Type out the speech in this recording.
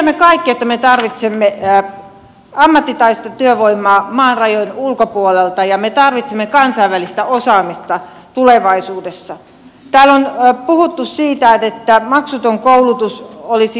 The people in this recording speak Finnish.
me tiedämme kaikki että me tarvitsemme ammattitaitoista työvoimaa maan rajojen ulkopuolelta ja me tarvitsemme kansainvälistä osaamista tulevaisuudessa tällainen muutos siitä että maksuton koulutus olisi